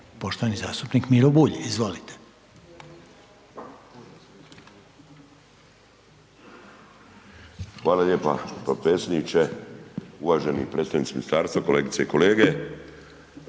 poštovani zastupnik Miro Bulj, izvolite. **Bulj, Miro (MOST)** Hvala lijepa potpredsjedniče, uvaženi predstavnici ministarstva, kolegice i kolege.